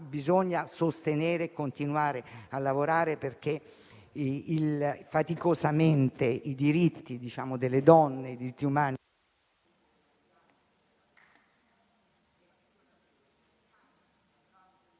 iniziative e continuare a lavorare perché faticosamente i diritti delle donne, i diritti umani...